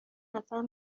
ازم